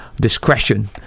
discretion